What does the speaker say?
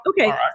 okay